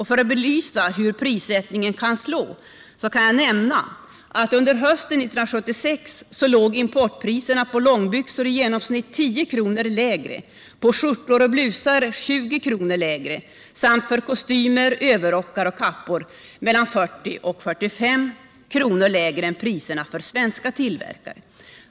För att belysa hur prissättningen kan slå kan jag nämna att under hösten 1976 låg importpriserna på långbyxor i genomsnitt 10 kr. lägre, på skjortor och blusar 20 kr. lägre samt på kostymer, överrockar och kappor mellan 40 och 45 kr. lägre än de svenska tillverkarnas priser.